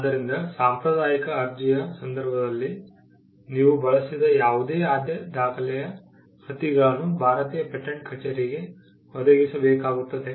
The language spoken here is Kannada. ಆದ್ದರಿಂದ ಸಾಂಪ್ರದಾಯಿಕ ಅರ್ಜಿಯ ಸಂದರ್ಭದಲ್ಲಿ ನೀವು ಬಳಸಿದ ಯಾವುದೇ ಆದ್ಯತೆ ದಾಖಲೆಯ ಪ್ರತಿಗಳನ್ನು ಭಾರತೀಯ ಪೇಟೆಂಟ್ ಕಚೇರಿಗೆ ಒದಗಿಸಬೇಕಾಗುತ್ತದೆ